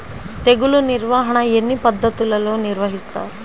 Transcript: తెగులు నిర్వాహణ ఎన్ని పద్ధతులలో నిర్వహిస్తారు?